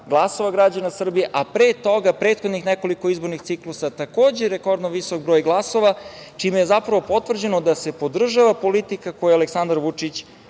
glasova građana Srbije, a pre toga, prethodnih nekoliko izbornih ciklusa takođe rekordno visok broj glasova, čime je zapravo potvrđeno da se podržava politika koju Aleksandar Vučić